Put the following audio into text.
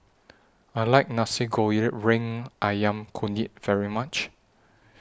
I like Nasi Ayam Kunyit very much